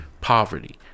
poverty